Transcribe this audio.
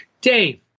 Dave